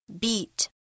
Beat